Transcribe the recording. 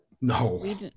No